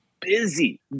busy